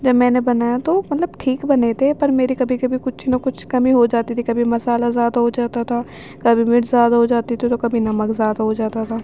جب میں نے بنایا تو وہ مطلب ٹھیک بنے تھے پر میرے کبھی کبھی کچھ نہ کچھ کمی ہو جاتی تھی کبھی مصالحہ زیادہ ہو جاتا تھا کبھی مرچ زیادہ ہو جاتی تھی تو کبھی نمک زیادہ ہو جاتا تھا